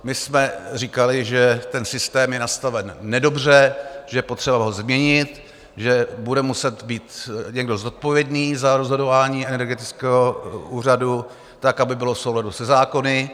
My jsme říkali, že ten systém je nastaven nedobře, že je potřeba ho změnit, že bude muset být někdo zodpovědný za rozhodování Energetického úřadu tak, aby bylo v souladu se zákony.